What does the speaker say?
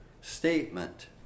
statement